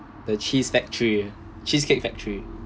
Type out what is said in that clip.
the cheese factory cheesecake factory